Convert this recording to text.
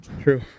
True